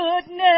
goodness